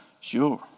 Sure